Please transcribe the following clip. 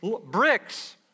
bricks